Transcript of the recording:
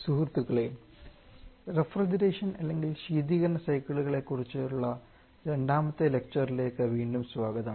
സുഹൃത്തുക്കളെ റഫ്രിജറേഷൻ ശീതീകരണ സൈക്കിളുകളെ ക്കുറിച്ചുള്ള രണ്ടാമത്തെ ലക്ചർലേക്ക് വീണ്ടും സ്വാഗതം